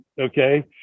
okay